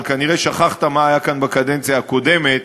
אבל כנראה שכחת מה היה כאן בקדנציה הקודמת,